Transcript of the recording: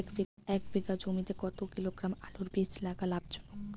এক বিঘা জমিতে কতো কিলোগ্রাম আলুর বীজ লাগা লাভজনক?